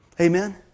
Amen